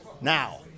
now